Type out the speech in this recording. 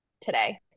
today